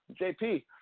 JP